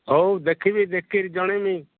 ହଉ ଦେଖିବି ଦେଖିକରି ଜଣେଇବି